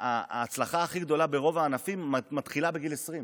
כשההצלחה הכי גדולה ברוב הענפים מתחילה בגיל 20,